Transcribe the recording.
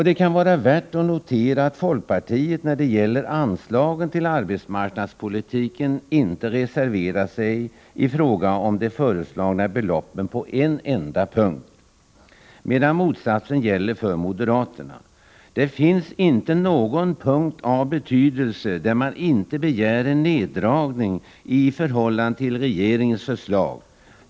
Det kan vara värt att notera att folkpartiet när det gäller anslagen till arbetsmarknadspolitiken inte reserverat sig i fråga om de föreslagna beloppen på en enda punkt, medan motsatsen gäller för moderaterna. Det finns inte någon punkt av betydelse där man inte begär en neddragning i förhållande till regeringens förslag.